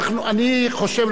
אני חושב,